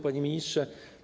Panie Ministrze!